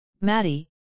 Maddie